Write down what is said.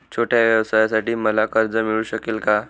छोट्या व्यवसायासाठी मला कर्ज मिळू शकेल का?